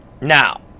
Now